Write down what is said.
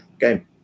game